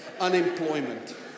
Unemployment